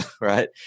right